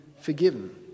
forgiven